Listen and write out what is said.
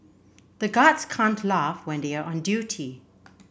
the guards can't laugh when they are on duty